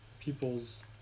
people's